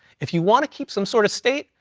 if you want to keep some sort of state,